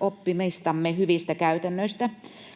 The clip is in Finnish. oppimistamme hyvistä käytännöistä.